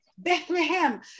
Bethlehem